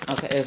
Okay